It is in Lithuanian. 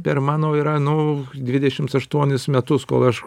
per mano yra nu dvidešims aštuonis metus kol aš